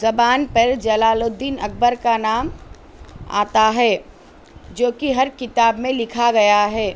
زبان پر جلال الدین اکبر كا نام آتا ہے جو کہ ہر کتاب میں لکھا گیا ہے